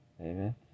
Amen